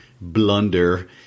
blunder